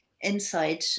inside